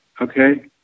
Okay